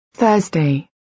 Thursday